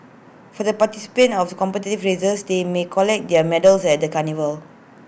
for the participants of the competitive races they may collect their medals at the carnival